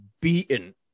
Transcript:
beaten